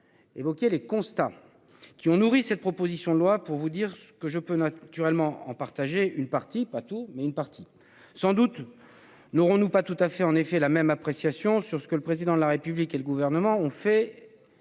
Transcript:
Évoqué les constats qui ont nourri cette proposition de loi pour vous dire ce que je peux naturellement en partager une partie, pas tous mais une partie sans doute n'aurons-nous pas tout à fait en effet la même appréciation sur ce que le président de la République et le gouvernement ont fait.